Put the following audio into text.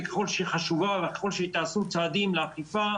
ככל שהיא חשובה וככל שתעשו צעדים לאכיפה,